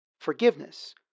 Forgiveness